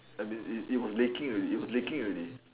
I mean it it was leaking already it was leaking already